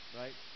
right